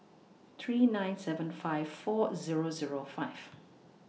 three nine seven five four Zero Zero five